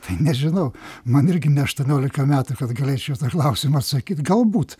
nežinau man irgi ne aštuoniolika metų kad galėčiau į tą klausimą atsakyt galbūt